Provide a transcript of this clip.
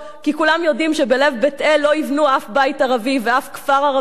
כי כולם יודעים שבלב בית-אל לא יבנו אף בית ערבי ואף כפר ערבי.